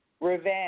revenge